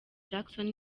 jackson